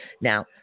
Now